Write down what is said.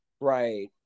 right